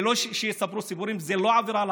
זו שיטה שיכולה לקצר